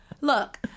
Look